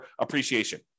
appreciation